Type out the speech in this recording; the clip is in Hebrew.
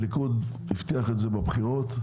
הליכוד הבטיח את זה בבחירות.